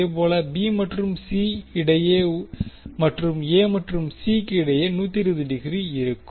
இதேபோல் பி மற்றும் சி இடையே மற்றும் ஏ மற்றும் சி இடையே 120 டிகிரி இருக்கும்